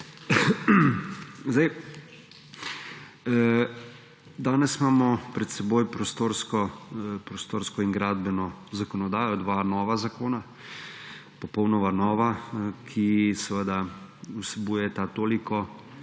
Danes imamo pred seboj prostorsko in gradbeno zakonodajo, dva nova zakona, popolnoma nova, ki vsebujeta toliko